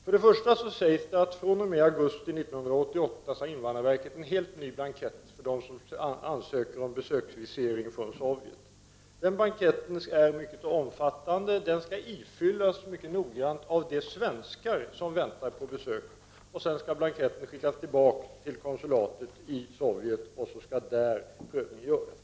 För det första sägs det att invandrarverket fr.o.m. hösten 1988 har infört en helt ny blankett för dem som ansöker om besöksvisering från Sovjet. Den blanketten är mycket omfattande och skall fyllas i mycket noggrant av de svenskar som väntar på besök. Sedan skall blanketten skickas tillbaka till konsulatet i Sovjet där prövningen skall göras.